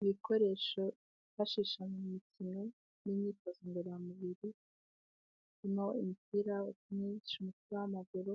Ibikoresho byifashishwa mu imikino n'imyitozo ngororamubiri, harimo imipira myinshi y'umupira w'amaguru